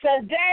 Today